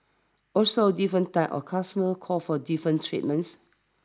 also different types our customers call for different treatments